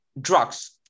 drugs